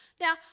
Now